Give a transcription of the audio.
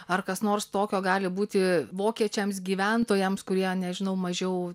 ar kas nors tokio gali būti vokiečiams gyventojams kurie nežinau mažiau